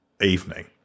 evening